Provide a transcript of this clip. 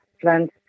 plant